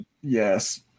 Yes